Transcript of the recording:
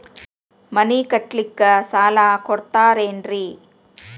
ಮನಿ ಕಟ್ಲಿಕ್ಕ ಸಾಲ ಕೊಡ್ತಾರೇನ್ರಿ?